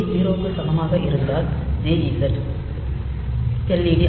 ஏ 0 க்கு சமமாக இருந்தால் JZ எல்